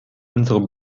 unsere